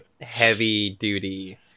heavy-duty